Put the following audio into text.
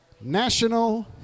national